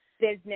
business